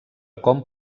com